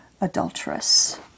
adulterous